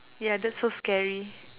yeah that's so scary